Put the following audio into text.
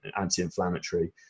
anti-inflammatory